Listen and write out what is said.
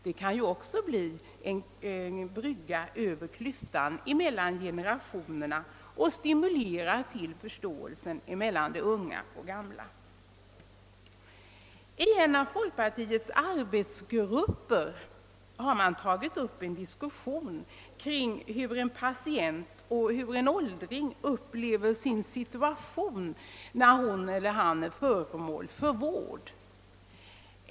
Det kan bli en brygga över klyftan mellan generationerna och stimulera till förståelse mellan unga och gamla. Genom =folkpartiets arbetsgrupper har man tagit upp en diskussion kring frågan hur en patient och en åldring upplever sin situation när han eller hon är föremål för vård.